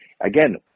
Again